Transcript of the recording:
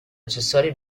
accessori